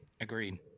Agreed